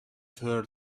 third